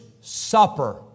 supper